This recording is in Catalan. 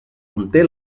conté